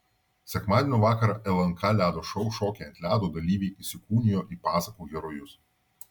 sekmadienio vakarą lnk ledo šou šokiai ant ledo dalyviai įsikūnijo į pasakų herojus